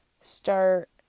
start